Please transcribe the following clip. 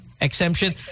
Exemption